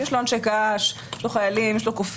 יש לו אנשי קש, יש לו חיילים, יש לו קופים.